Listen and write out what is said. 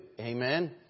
amen